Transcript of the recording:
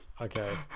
okay